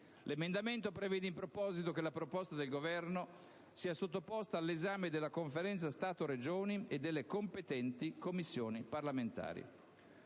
L'emendamento 5.800 prevede in proposito che la proposta del Governo sia sottoposta all'esame della Conferenza Stato-Regioni e delle competenti Commissioni parlamentari.